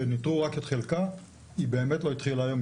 שניטרו רק את חלקה, היא באמת לא התחילה היום.